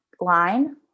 line